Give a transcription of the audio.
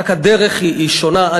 רק הדרך היא שונה.